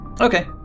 Okay